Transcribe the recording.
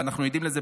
ואנחנו עדים לזה,